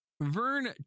Vern